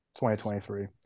2023